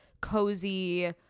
cozy